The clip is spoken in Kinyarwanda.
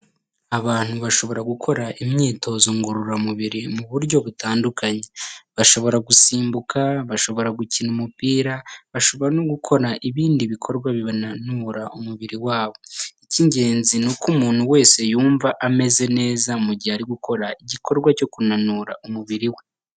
Abantu bashobora gukora imyitozo ngorora mubiri muburyo butandukanye bashobora gusimbuka bashobora, gukina umupira bashobora no gukora ibindi bikorwa bibananura umubiri wabo ikingenzi n'uko umuntu wese yumva ameze neza mugihe ari gukora igikorwa cyo kunanura umubiri we.